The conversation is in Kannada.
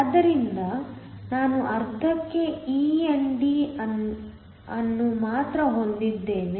ಆದ್ದರಿಂದ ನಾನು ಅರ್ಧಕ್ಕೆ ಇ ND ಅನ್ನು ಮಾತ್ರ ಹೊಂದಿದ್ದೇನೆ